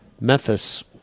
Memphis